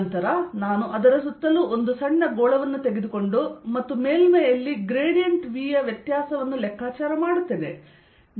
ನಂತರ ನಾನು ಅದರ ಸುತ್ತಲೂ ಒಂದು ಸಣ್ಣ ಗೋಳವನ್ನು ತೆಗೆದುಕೊಂಡು ಮತ್ತು ಮೇಲ್ಮೈಯಲ್ಲಿ ಗ್ರೇಡಿಯೆಂಟ್ V ಯ ವ್ಯತ್ಯಾಸವನ್ನು ಲೆಕ್ಕಾಚಾರ ಮಾಡುತ್ತೇನೆ